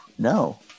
No